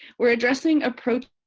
we are addressing approach.